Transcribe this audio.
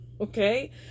okay